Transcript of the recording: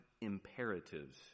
imperatives